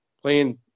playing